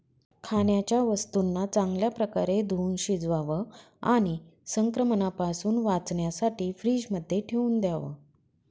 खाण्याच्या वस्तूंना चांगल्या प्रकारे धुवुन शिजवावं आणि संक्रमणापासून वाचण्यासाठी फ्रीजमध्ये ठेवून द्याव